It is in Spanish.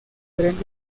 tren